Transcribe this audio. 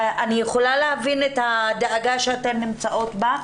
אני יכולה להבין את הדאגה שאתן נמצאות בה.